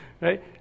right